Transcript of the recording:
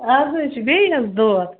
آز حظ چھِ بیٚیہِ حظ دود